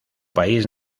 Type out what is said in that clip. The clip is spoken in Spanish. país